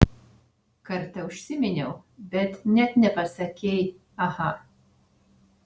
kartą užsiminiau bet net nepasakei aha